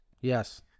yes